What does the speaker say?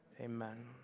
amen